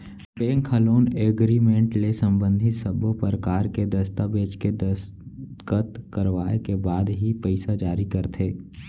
bank ह loan agreement ले संबंधित सब्बो परकार के दस्ताबेज के दस्कत करवाए के बाद ही पइसा जारी करथे